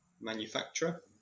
manufacturer